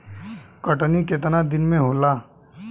कटनी केतना दिन में होला?